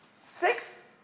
Six